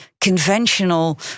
conventional